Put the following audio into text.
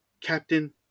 Captain